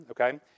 Okay